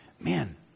man